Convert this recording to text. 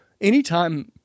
anytime